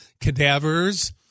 cadavers